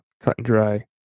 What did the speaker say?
cut-and-dry